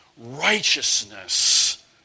righteousness